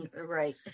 right